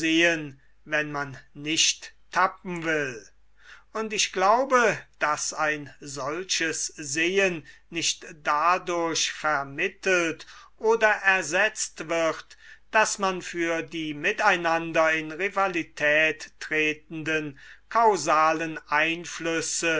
wenn man nicht tappen will und ich glaube daß ein solches sehen nicht dadurch vermittelt oder ersetzt wird daß man für die miteinander in rivalität tretenden kausalen einflüsse